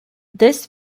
this